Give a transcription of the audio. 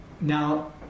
now